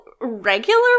regular